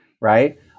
right